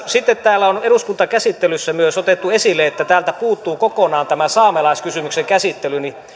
sitten täällä on eduskuntakäsittelyssä myös otettu esille että täältä puuttuu kokonaan tämä saamelaiskysymyksen käsittely